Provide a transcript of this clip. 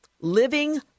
living